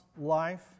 life